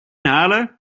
halen